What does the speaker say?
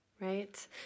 right